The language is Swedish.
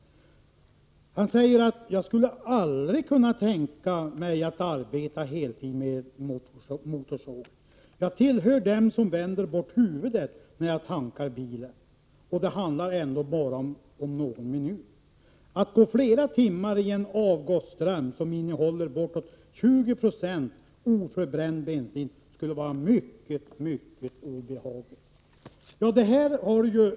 Han säger att han aldrig skulle kunna tänka sig att arbeta heltid med motorsåg. Han säger att han tillhör dem som vänder bort huvudet när han tankar bilen, och då handlar det ändå bara om någon minut. Att gå flera timmar i en avgasström som innehåller bortåt 20 26 oförbränd bensin skulle vara mycket mycket obehagligt, säger han.